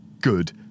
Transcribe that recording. good